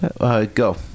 Go